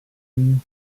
seen